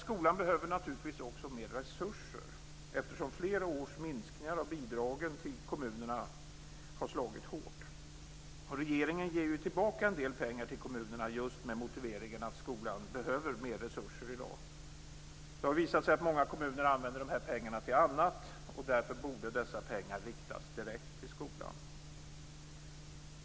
Skolan behöver naturligtvis också mer resurser, eftersom flera års minskningar av bidragen till kommunerna har slagit hårt. Regeringen ger tillbaka en del pengar till kommunerna just med motiveringen att skolan behöver mer resurser i dag. Det har visat sig att många kommuner använder de här pengarna till annat, och därför borde dessa pengar riktas direkt till skolan.